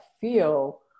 feel